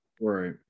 Right